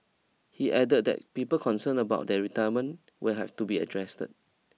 he added that people concerns about their retirement will have to be addressed